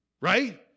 right